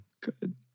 Good